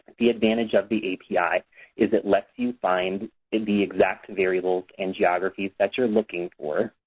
the advantage of the api is it lets you find and the exact variables and geographies that you're looking for.